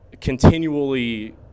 continually